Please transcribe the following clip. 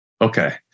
Okay